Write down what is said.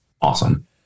awesome